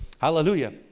Hallelujah